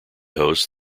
host